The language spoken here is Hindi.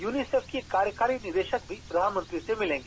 यूनिसेफ के कार्यकारी निदेशक भी प्रधानमंत्री से मिलेंगी